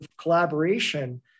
collaboration